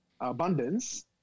Abundance